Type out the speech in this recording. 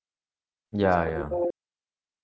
ya ya